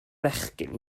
bechgyn